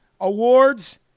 awards